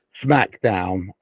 SmackDown